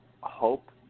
hope